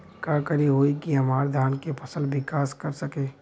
का करे होई की हमार धान के फसल विकास कर सके?